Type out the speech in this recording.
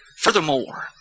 Furthermore